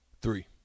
Three